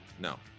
No